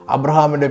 Abraham